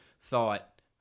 thought